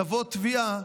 תבוא תביעה: